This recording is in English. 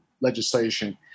legislation